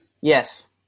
Yes